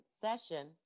session